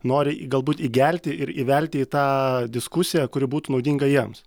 nori galbūt įgelti ir įvelti į tą diskusiją kuri būtų naudinga jiems